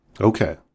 Okay